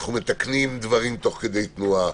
אנחנו מתקנים דברים תוך כדי תנועה.